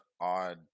odd